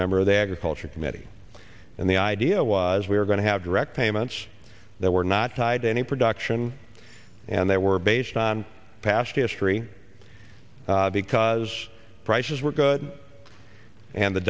member of the agriculture committee and the idea was we were going to have direct payments that were not tied to any production and they were based on past history because prices were good and the